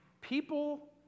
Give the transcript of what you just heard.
people